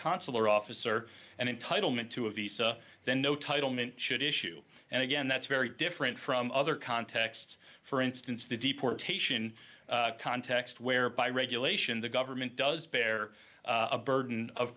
consular officer and entitlement to a visa then no title men should issue and again that's very different from other contexts for instance the deportation context where by regulation the government does bear a burden of